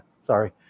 sorry